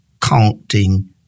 counting